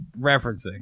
referencing